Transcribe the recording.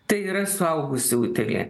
tai yra suaugus jau utėlė